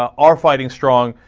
are fighting strong